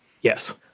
Yes